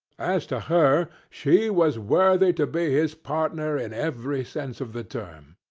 as to her, she was worthy to be his partner in every sense of the term.